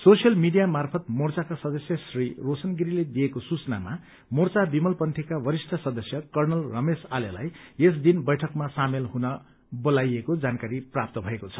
social media मार्फत मोर्चाका सदस्य श्री रोशन गिरीले दिएको सूचनामा मोर्चा विमल पन्यीका वरिष्ट सदस्य कर्णल रमेश आलेलाई यस दिन बैठकमा सामेल हुन बोलाइएको जानकारी प्राप्त भएको छ